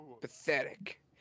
Pathetic